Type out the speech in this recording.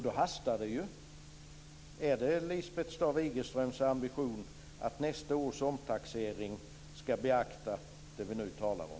Då hastar det ju. Är det Lisbeth Staaf-Igelströms ambition att man vid nästa års omtaxering ska beakta det som vi nu talar om?